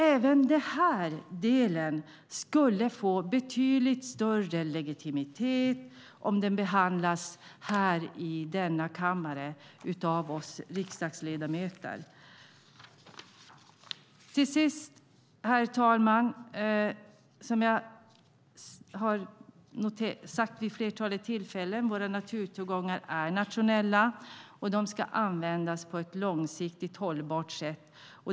Även den delen skulle få betydligt större legitimitet om den behandlades här i denna kammare av oss riksdagsledamöter. Till sist, herr talman, som jag sagt vid ett flertal tillfällen: Våra naturtillgångar är nationella och ska användas på ett långsiktigt, hållbart sätt.